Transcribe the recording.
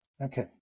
Okay